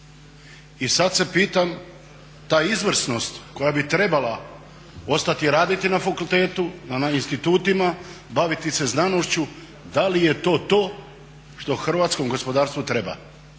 I sad se pitam, ta izvrsnost koja bi trebala ostati raditi na fakultetu, na institutima, baviti se znanošću, da li je to to što hrvatskom gospodarstvu treba.